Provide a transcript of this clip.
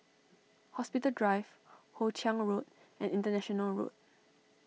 Hospital Drive Hoe Chiang Road and International Road